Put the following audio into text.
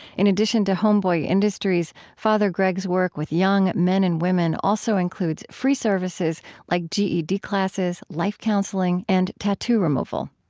in addition to homeboy industries, fr. greg's work with young men and women also includes free services like ged classes, life counseling, and tattoo removal.